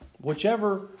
Whichever